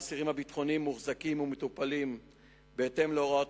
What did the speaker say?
האסירים הביטחוניים מוחזקים ומטופלים בהתאם להוראות